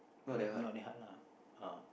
not not that hard lah uh